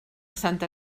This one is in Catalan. santa